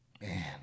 man